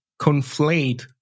conflate